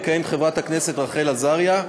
תכהן חברת הכנסת רחל עזריה.